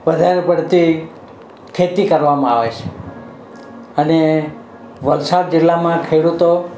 વધારે પડતી ખેતી કરવામાં આવે છે અને વલસાડ જિલ્લામાં ખેડૂતો